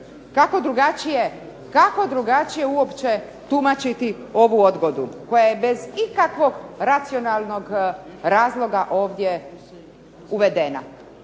Kako drugačije uopće tumačiti ovu odgodu koja je bez ikakvog racionalnog razloga ovdje uvedena.